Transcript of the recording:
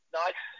nice